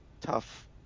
tough